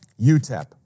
UTEP